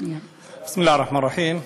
בסם אללה א-רחמאן א-רחים.